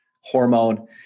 hormone